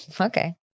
okay